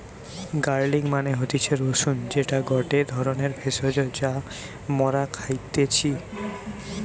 garlic মানে হতিছে রসুন যেটা গটে ধরণের ভেষজ যা মরা খাইতেছি